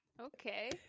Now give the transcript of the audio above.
okay